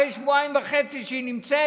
אחרי שבועיים וחצי שהיא נמצאת